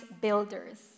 builders